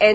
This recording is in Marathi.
एन